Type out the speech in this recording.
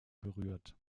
berührt